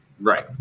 right